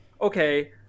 okay